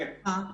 כן.